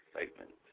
excitement